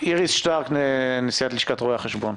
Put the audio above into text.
איריס שטרק, נשיאת לשכת רואי החשבון,